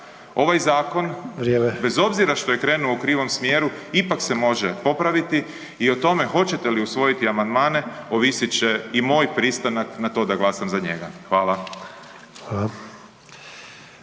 Vrijeme./... bez obzira što je krenuo u krivom smjeru, ipak se može popraviti i o tome hoćete li usvojiti amandmane ovisit će i moj pristanak na to da glasam za njega. Hvala.